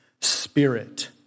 spirit